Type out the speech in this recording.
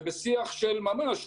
ובשיח של ממש